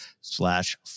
slash